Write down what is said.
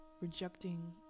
rejecting